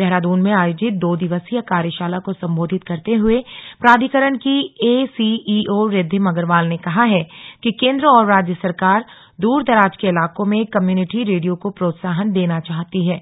देहरादून में आयोजित दो दिवसीय कार्यशाला को संबोधित करते हुए प्राधिकरण की एसीईओ रिद्विम अग्रवाल ने कहा है कि केंद्र और राज्य सरकार दूर दराज के इलाकों में कम्युनिटी रेडियो को प्रोत्साहन देना चाहती है